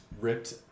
ripped